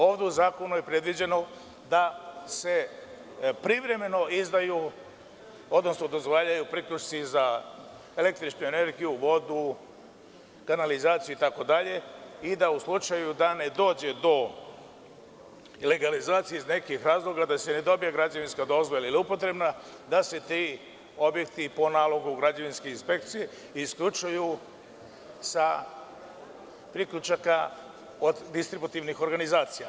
Ovde u zakonu je predviđeno da se privremeno izdaju, odnosno dozvoljavaju priključci za električnu energiju, vodu, kanalizaciju, itd. i da u slučaju da ne dođe do legalizacije iz nekih razloga, da se ne dobije građevinska dozvola ili upotrebna, da se ti objekti po nalogu građevinske inspekcije isključuju sa priključaka od distributivnih organizacija.